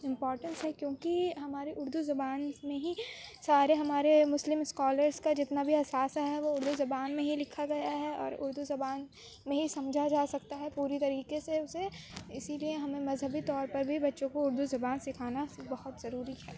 importance ہے کیوںکہ ہمارے اُردو زبان میں ہی سارے ہمارے مسلم اسکالرس کا بھی جتنا بھی اثاثہ ہے وہ اُردو زبان میں ہی لکھا گیا ہے اور اُردو زبان میں ہی سمجھا جا سکتا ہے پوری طریقے سے اُسے اِسی لیے ہمیں مذہبی طور پر بھی بچوں کو اُردو زبان سکھانا بہت ضروری ہے